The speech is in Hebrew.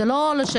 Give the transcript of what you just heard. זה לא לשבת.